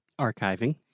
Archiving